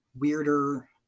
weirder